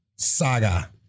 Saga